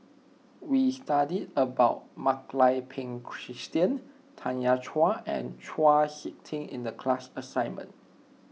we studied about Mak Lai Peng Christine Tanya Chua and Chau Sik Ting in the class assignment